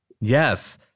Yes